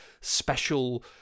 special